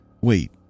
Wait